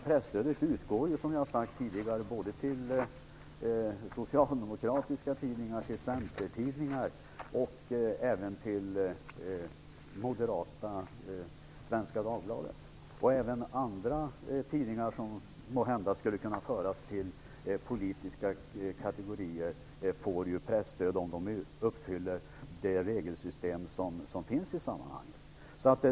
Presstödet utgår ju, som jag har sagt tidigare, till socialdemokratiska tidningar, till centertidningar och även till det moderata Svenska Dagbladet. Även andra tidningar, som måhända skulle kunna föras till politiska kategorier, får ju presstöd om de uppfyller kraven i det regelsystem som finns i sammanhanget.